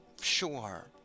Sure